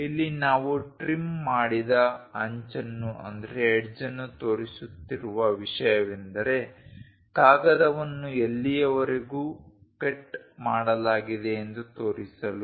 ಇಲ್ಲಿ ನಾವು ಟ್ರಿಮ್ ಮಾಡಿದ ಅಂಚನ್ನು ತೋರಿಸುತ್ತಿರುವ ವಿಷಯವೆಂದರೆ ಕಾಗದವನ್ನು ಎಲ್ಲಿಯವರೆಗೂ ಕಟ್ ಮಾಡಲಾಗಿದೆ ಎಂದು ತೋರಿಸಲು